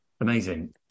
Amazing